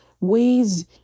ways